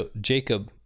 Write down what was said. Jacob